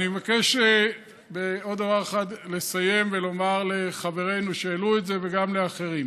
אני מבקש בעוד דבר אחד לסיים ולומר לחברינו שהעלו את זה וגם לאחרים: